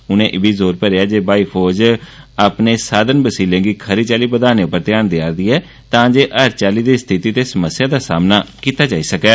उनें आक्खेआ जे ब्हाई फौज अपने साधन वसीले गी खरी चाल्ली बघाने उप्पर घ्यार देआ रदी ऐ तां जे हर चाल्ली दी स्थिति ते समस्या दा सामना कीता जाई सकै